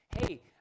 hey